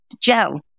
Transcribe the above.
gel